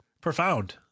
profound